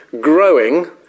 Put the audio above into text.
growing